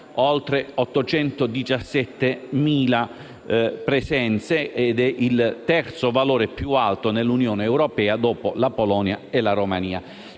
presenze, rappresentando il terzo valore più alto nell'Unione europea dopo la Polonia e la Romania.